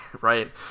right